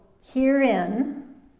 herein